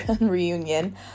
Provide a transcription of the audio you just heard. reunion